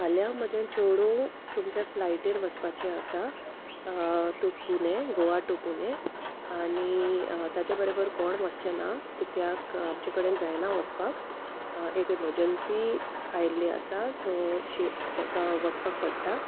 फाल्यां म्हजें चेडूं तुमच्या फ्लायटीर वचपाचें आसा टू पुने गोवा टू पुने आनी ताज्या बरोबर कोण वचचें ना कित्याक आमचे कडेन जायना वचपाक एक इमरजंसी आयिल्ली आसा सो शी तेका वचपाक पडटा